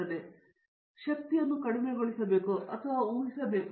ಆದ್ದರಿಂದ ನಾವು ಶಕ್ತಿಯನ್ನು ಕಡಿಮೆಗೊಳಿಸಬೇಕು ಮತ್ತು ಅವುಗಳನ್ನು ಊಹಿಸಬೇಕು